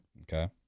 Okay